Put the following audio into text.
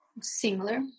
similar